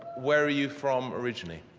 where are you from originally?